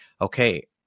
okay